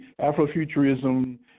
Afrofuturism